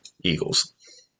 Eagles